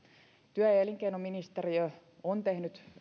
työ ja elinkeinoministeriö on tehnyt